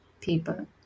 people